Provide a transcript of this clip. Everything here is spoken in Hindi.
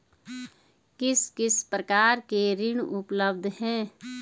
किस किस प्रकार के ऋण उपलब्ध हैं?